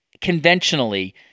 conventionally